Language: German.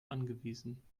angewiesen